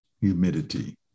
humidity